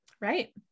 Right